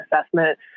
assessment